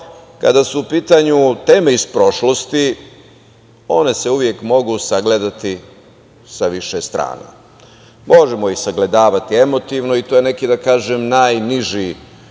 kada su u pitanju teme iz prošlosti, one se uvek mogu sagledati sa više strana. Možemo ih sagledavati emotivno i to je neki, da tako kažem, najniži,